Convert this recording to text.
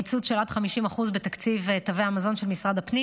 קיצוץ של עד 50% בתקציב תווי המזון של משרד הפנים,